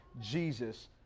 Jesus